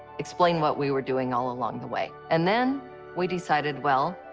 explain what we were doing all along the way. and then we decided well,